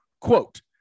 quote